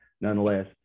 nonetheless